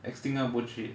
extinct போச்சு:pochu